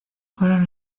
fueron